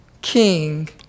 king